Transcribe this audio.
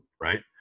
Right